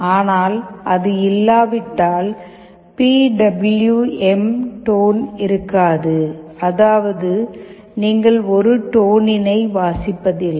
ஆனால் அது இல்லாவிட்டால் பி டபிள்யு எம் டோன் இருக்காது அதாவது நீங்கள் ஒரு டோனினை வாசிப்பதில்லை